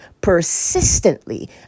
persistently